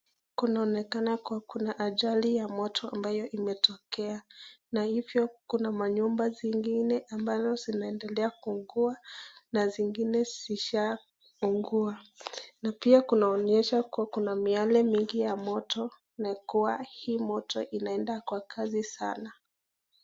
Kunaonekana kuwa kuna ajali ya moto ambayo imetokea. Na hivyo kuna manyumba zingine zinaendelea kuungua na zingine zishaungua. Na pia kunaonyesha kuwa kuna miale mingi ya moto na kuwa hii moto inaenda kwa kasi sana.